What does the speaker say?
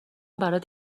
برات